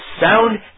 sound